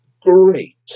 Great